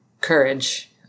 courage